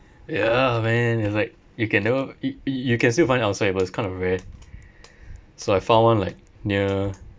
ya man it's like you can never y~ y~ you can still find outside but it's kind of rare so I found one like near